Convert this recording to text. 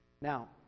Now